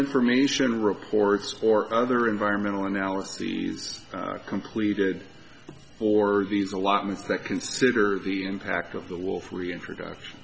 information reports or other environmental analyses completed or these allotments that consider the impact of the wolf reintroduction